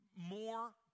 more